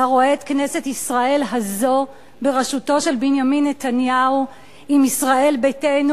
היה רואה את כנסת ישראל הזו בראשותו של בנימין נתניהו עם ישראל ביתנו